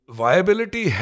viability